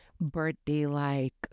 birthday-like